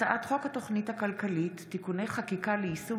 הצעת חוק התוכנית הכלכלית (תיקוני חקיקה ליישום